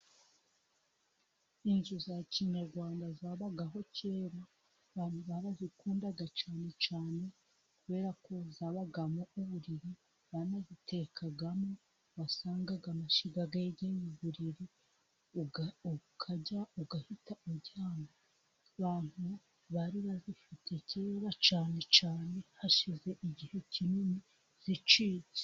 Inzu za kinyarwanda zabagaho kera, abantu barazikundaga cyane cyane kubera ko zabagamo uburiri, banazitekagamo, wasangaga amashiga yegereye uburiri, ukarya ugahita uryama, abantu bari bazifite kera cyane cyane, hashize igihe kinini zicitse.